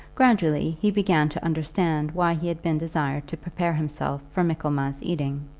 gradually he began to understand why he had been desired to prepare himself for michaelmas eating.